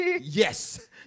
Yes